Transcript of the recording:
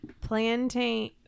plantain